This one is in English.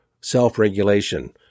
self-regulation